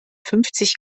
fünfzig